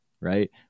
Right